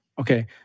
Okay